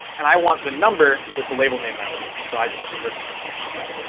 and i want the number with the label name mapped to it. so i just invert the dictionary for us.